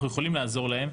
אנחנו יכולים לעזור להם.